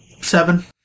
seven